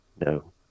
No